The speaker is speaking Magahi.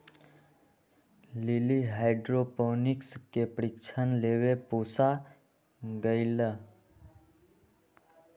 लिली हाइड्रोपोनिक्स के प्रशिक्षण लेवे पूसा गईलय